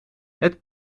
het